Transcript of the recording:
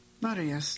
Maria